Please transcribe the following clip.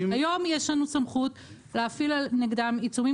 היום יש לנו סמכות להפעיל נגדם עיצומים